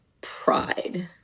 pride